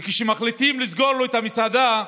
וכשמחליטים לסגור לו את המסעדה,